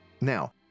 now